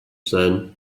said